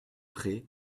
prés